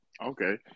Okay